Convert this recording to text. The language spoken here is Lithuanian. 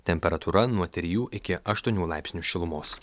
temperatūra nuo trijų iki aštuonių laipsnių šilumos